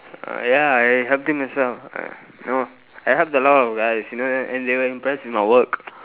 ya I helped him myself you know I helped a lot of guys you know and they were impressed with my work